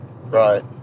Right